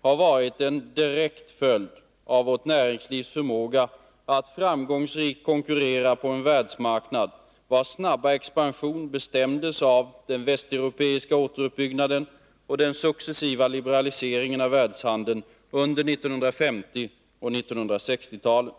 har varit en direkt följd av vårt näringslivs förmåga att framgångsrikt konkurrera på en världsmarknad vars snabba expansion bestämdes av den västeuropeiska återuppbyggnaden och av den successiva liberaliseringen av världshandeln under 1950 och 1960-talen.